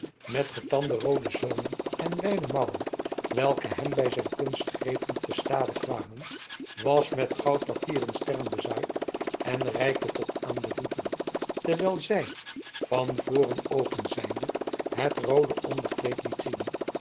met getande roode zoomen en wijde mouwen welke hem bij zijn kunstgrepen te stade kwamen was met goudpapieren sterren bezaaid en reikte tot aan de voeten terwijl zij van voren open zijnde het roode onderkleed liet zien